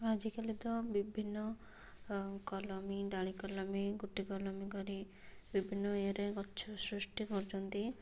ଆଜିକାଲି ତ ବିଭିନ୍ନ କଲମୀ ଡ଼ାଳି କଲମୀ ଗୁଟି କଲମୀ କରି ବିଭିନ୍ନ ଏଇରେ ଗଛ ସୃଷ୍ଟି କରୁଛନ୍ତି